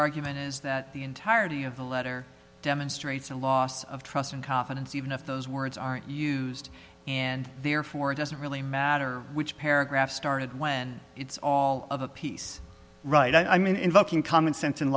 argument is that the entirety of the letter demonstrates a loss of trust and confidence even if those words aren't used and therefore it doesn't really matter which paragraph started when it's all of a piece right i mean invoking common sense and